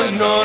no